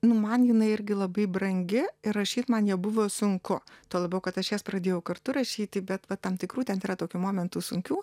nu man jinai irgi labai brangi ir rašyt man ją buvo sunku tuo labiau kad aš jas pradėjau kartu rašyti bet va tam tikrų ten yra tokių momentų sunkių